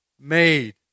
made